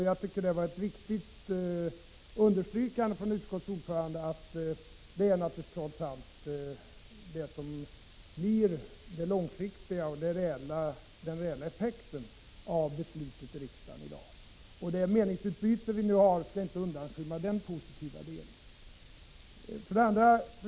Jag tycker det var ett viktigt yttrande från utskottets ordförande — att det naturligtvis trots allt är detta positiva som blir den långsiktiga och reella effekten av beslutet i riksdagen i dag. Det meningsutbyte vi nu har skall inte undanskymma vad som är positivt.